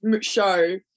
show